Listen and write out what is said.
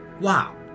Wow